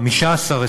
15%,